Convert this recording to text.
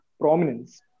prominence